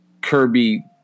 kirby